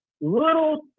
little